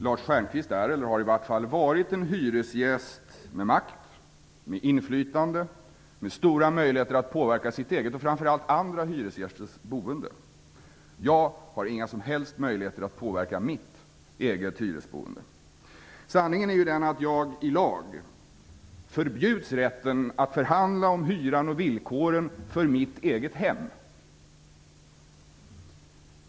Lars Stjernkvist är eller har i varje fall varit en hyresgäst med makt, inflytande och stora möjligheter att påverka sitt eget och framför allt andra hyresgästers boende. Jag har inga som helst möjligheter att påverka mitt eget hyresboende. Sanningen är den, att jag i lag förbjuds rätten att förhandla om hyran och villkoren för mitt eget hem.